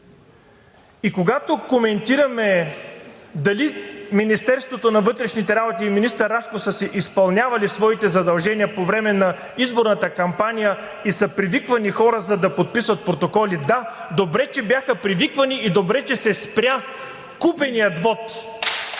И когато коментираме дали Министерството на вътрешните работи и министър Рашков са изпълнявали своите задължения по време на изборната кампания и са привиквани хора, за да подписват протоколи – да, добре, че бяха привиквани и добре, че се спря купеният вот.